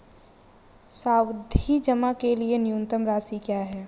सावधि जमा के लिए न्यूनतम राशि क्या है?